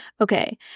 Okay